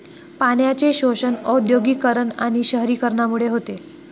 पाण्याचे शोषण औद्योगिकीकरण आणि शहरीकरणामुळे होते